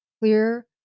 clear